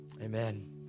Amen